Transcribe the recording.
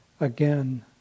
Again